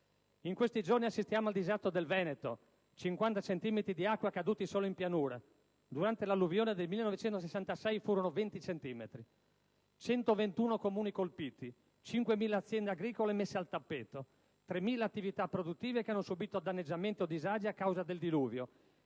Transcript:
In questi giorni assistiamo al disastro del Veneto: 50 centimetri di acqua caduti solo in pianura (durante l'alluvione del 1966 furono 20 centimetri); 121 Comuni colpiti; 5.000 aziende agricole messe al tappeto; 3.000 attività produttive che hanno subito danneggiamenti o disagi a causa del diluvio;